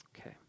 Okay